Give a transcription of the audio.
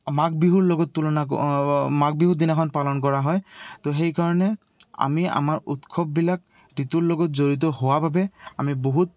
মাঘ বিহুৰ লগত তুলনা মাঘ বিহুৰ দিনাখন পালন কৰা হয় তো সেইকাৰণে আমি আমাৰ উৎসৱবিলাক ঋতুৰ লগত জড়িত হোৱা বাবে আমি বহুত